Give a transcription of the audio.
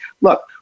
look